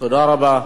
תודה רבה.